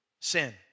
sin